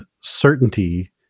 certainty